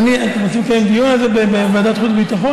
אתם רוצים לקיים דיון על זה בוועדת החוץ והביטחון?